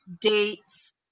dates